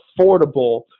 affordable